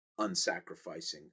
unsacrificing